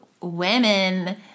women